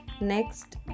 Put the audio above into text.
Next